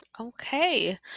Okay